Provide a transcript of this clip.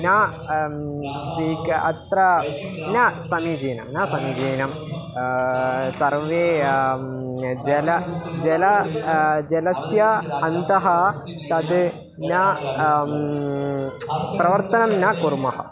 न स्वीक अत्र न समीचीनं न समीजीनं सर्वे जलं जलं जलस्य अन्तः तत् न प्रवर्तनं न कुर्मः